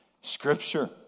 Scripture